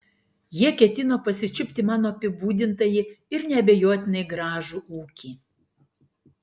jie ketino pasičiupti mano apibūdintąjį ir neabejotinai gražų ūkį